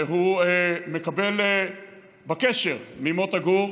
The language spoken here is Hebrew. והוא מקבל בקשר ממוטה גור,